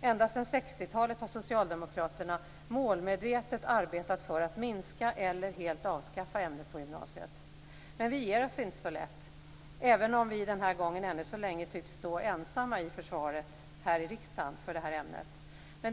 Ända sedan 60-talet har socialdemokraterna målmedvetet arbetat för att minska eller helt avskaffa ämnet på gymnasiet. Men vi ger oss inte så lätt, även om vi den här gången ännu så länge tycks stå ensamma i försvaret för detta ämne här i riksdagen.